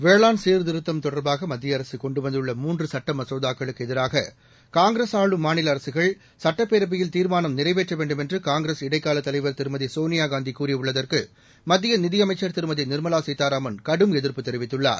வேளாண் சீர்திருத்தம் தொடர்பாக மத்திய அரசு கொண்டு வந்துள்ள மூன்று சுட்ட மசோதாக்களுக்கு எதிராக காங்கிரஸ் ஆளும் மாநில அரசுகள் சட்டப்பேரவையில் தீர்மானம் நிறைவேற்ற வேண்டும் என்று காங்கிரஸ் இடைக்காலத் தலைவர் திருமதி சோனியா காந்தி கூறியுள்ளதற்கு மத்திய நிதியமைச்சர் திருமதி நிர்மலா சீதாராமன் கடும் எதிர்ப்பு தெரிவித்துள்ளார்